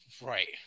Right